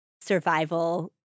survival